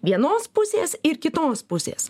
vienos pusės ir kitos pusės